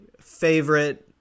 favorite